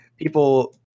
People